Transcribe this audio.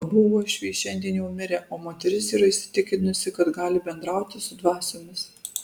abu uošviai šiandien jau mirę o moteris yra įsitikinusi kad gali bendrauti su dvasiomis